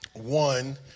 One